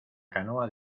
canoa